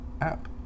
App